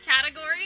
Category